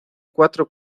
cuatro